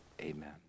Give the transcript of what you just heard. Amen